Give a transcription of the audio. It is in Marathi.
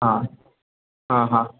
हां हां हां